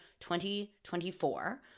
2024